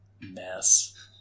mess